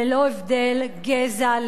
ללא הבדל גזע,